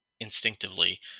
instinctively